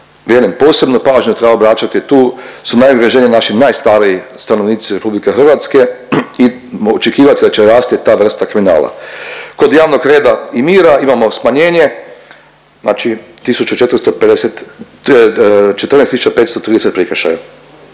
Velim, posebnu pažnju treba obraćati tu jer su najugroženiji naši najstariji stanovnici RH i očekivati je da će rasti ta vrsta kriminala. Kod javnog reda i mira imamo smanjenje, znači